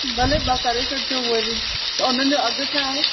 भले ॿ करे छॾिजो उहे बि त उन्हनि जो अघि छा आहे